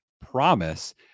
promise